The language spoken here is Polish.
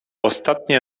ostatnie